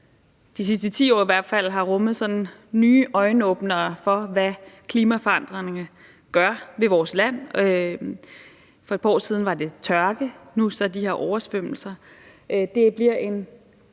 de sidste 10 år har været nye øjenåbnere for, hvad klimaforandringerne gør ved vores land. For et par år siden var der tørke, og nu er der så de her oversvømmelser. Det bliver en